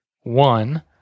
one